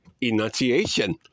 enunciation